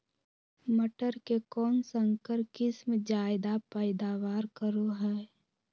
मटर के कौन संकर किस्म जायदा पैदावार करो है?